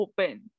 open